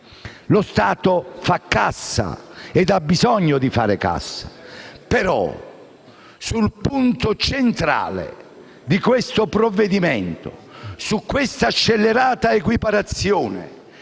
Lo Stato fa cassa, ed ha bisogno di fare cassa, ma correggete il punto centrale di questo provvedimento, questa scellerata equiparazione